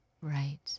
Right